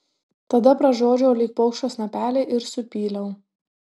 tada pražiodžiau lyg paukščio snapelį ir supyliau